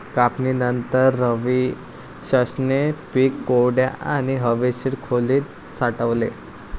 कापणीनंतर, रवीशने पीक कोरड्या आणि हवेशीर खोलीत साठवले